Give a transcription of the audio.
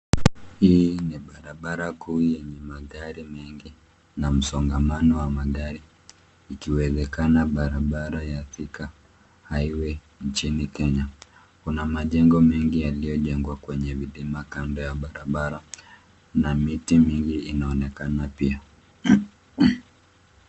Hii ni barabara kuu yenye magari mengi na msongamano wa magari ikiwezekana barabara ya Thika Highway nchini Kenya. Kuna majengo mengi yaliyojengwa kwenye mlima kando ya barabara na miti mingi inaonekana pia.